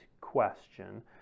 question